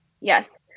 Yes